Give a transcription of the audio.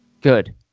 Good